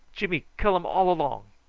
jimmy kill um all along.